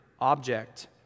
object